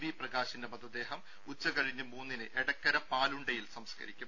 V പ്രകാശിന്റെ മൃതദേഹം ഉച്ചകഴിഞ്ഞ് മൂന്നിന് എടക്കര പാലുണ്ടയിൽ സംസ്കരിക്കും